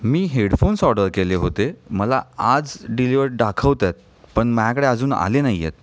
मी headphones order केले होते मला आज डिलिवर्ड दाखवत आहेत पण मायाकडे अजून आले नाही आहेत